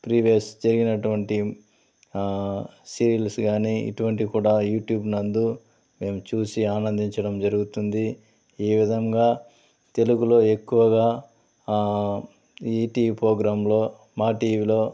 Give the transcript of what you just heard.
previous జరిగినటువంటి serials కానీ ఇటువంటివి కూడా యూట్యూబ్ నందు మేం చూసి ఆనందించడం జరుగుతుంది ఈ విధంగా తెలుగులో ఎక్కువగా ఈటీవీ పోగ్రామ్లో మాటీవీలో